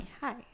Hi